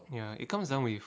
ya it comes down with